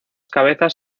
cabezas